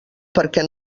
perquè